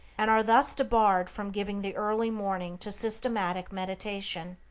and are thus debarred from giving the early morning to systematic meditation,